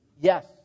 yes